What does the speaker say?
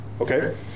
Okay